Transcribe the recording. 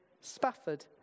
Spafford